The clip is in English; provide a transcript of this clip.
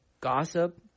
Gossip